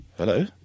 hello